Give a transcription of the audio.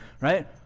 right